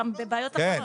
אלא גם בבעיות אחרות.